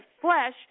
flesh